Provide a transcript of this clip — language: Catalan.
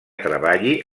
treballi